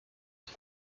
ich